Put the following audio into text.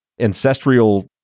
ancestral